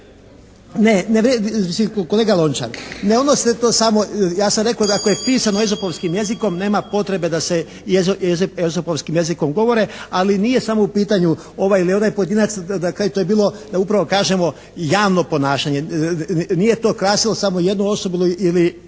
Ne, kolega Lončar, ne odnosi se to samo. Ja sam rekao dakle pisano ezopovskim jezikom nema potrebe da se i ezopovskim jezikom govore, ali nije samo u pitanju ovaj ili onaj pojedinca, na kraju to je bilo da upravo kažemo javno ponašanje. Nije to krasilo samo jednu osobu,